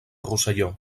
rosselló